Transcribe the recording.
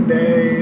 day